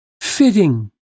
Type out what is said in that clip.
fitting